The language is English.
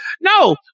no